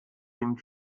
dem